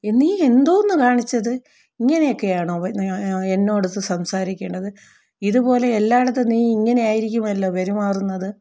നീ എന്തോന്ന് കാണിച്ചത് ഇങ്ങനെയൊക്കെയാണോ എന്നോടു സംസാരിക്കേണ്ടത് ഇത് പോലെ എല്ലായിടത്തും നീ ഇങ്ങനെ ആയിരിക്കുമല്ലോ പെരുമാറുന്നത്